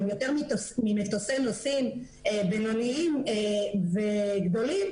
יותר ממטוסי נוסעים בינוניים וגדולים,